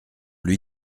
lui